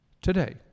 today